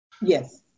Yes